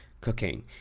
cooking